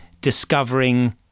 discovering